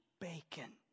bacon